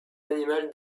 animal